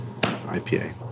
IPA